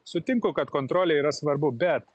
sutinku kad kontrolė yra svarbu bet